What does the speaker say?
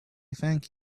thank